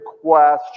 question